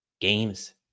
games